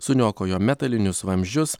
suniokojo metalinius vamzdžius